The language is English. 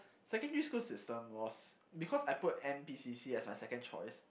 secondary school system was because I put N_P_C_C as my second choice